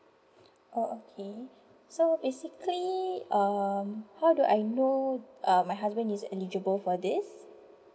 oh okay so basically um how do I know uh my husband is eligible for this